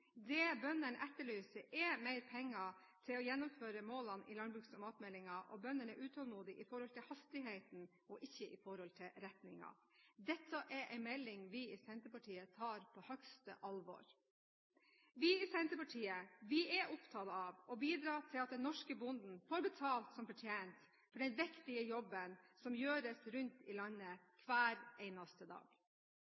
Det bøndene etterlyser, er mer penger til å gjennomføre målene i landbruks- og matmeldingen, og bøndene er utålmodige med tanke på hastigheten, ikke retningen. Dette er en melding vi i Senterpartiet tar på største alvor. Vi i Senterpartiet er opptatt av å bidra til at den norske bonden får betalt som fortjent for den viktige jobben som gjøres rundt i landet